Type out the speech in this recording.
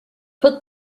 put